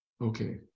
okay